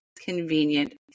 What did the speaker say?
convenient